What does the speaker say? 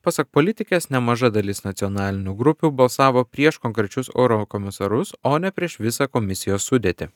pasak politikės nemaža dalis nacionalinių grupių balsavo prieš konkrečius eurokomisarus o ne prieš visą komisijos sudėtį